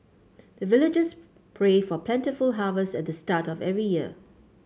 the villagers pray for plentiful harvest at the start of every year